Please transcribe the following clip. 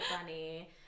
funny